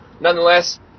nonetheless